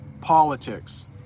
politics